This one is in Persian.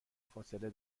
فاصله